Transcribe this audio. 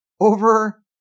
over